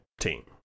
team